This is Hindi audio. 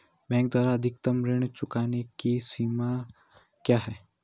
बैंक द्वारा अधिकतम ऋण चुकाने की समय सीमा क्या है?